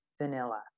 vanilla